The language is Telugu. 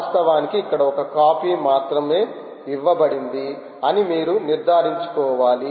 వాస్తవానికి ఇక్కడ ఒక కాపీ మాత్రమే ఇవ్వబడింది అని మీరు నిర్ధారించుకోవాలి